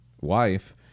wife